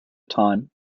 time